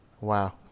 wow